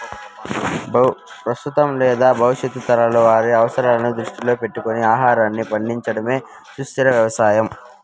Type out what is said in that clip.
ప్రస్తుతం లేదా భవిష్యత్తు తరాల వారి అవసరాలను దృష్టిలో పెట్టుకొని ఆహారాన్ని పండించడమే సుస్థిర వ్యవసాయం